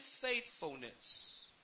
faithfulness